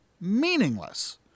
meaningless